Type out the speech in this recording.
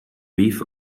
reef